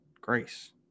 Grace